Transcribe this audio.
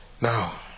Now